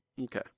Okay